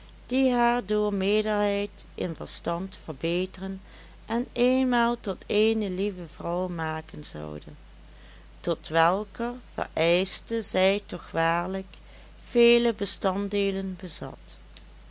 haar door meerderheid in verstand verbeteren en eenmaal tot eene lieve vrouw maken zoude tot welker vereischten zij toch waarlijk vele bestanddeelen bezat